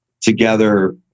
together